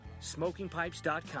SmokingPipes.com